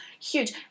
huge